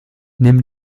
nimm